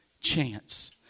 chance